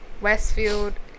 Westfield